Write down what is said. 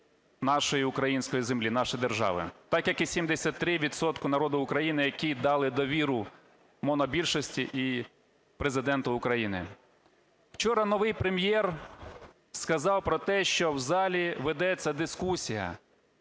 нашої української землі, нашої держави, так як і 73 відсотки народу України, які дали довіру монобільшості і Президенту України. Вчора новий Прем'єр сказав про те, що в залі ведеться дискусія